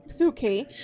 Okay